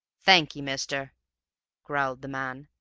thank ye, mister growled the man,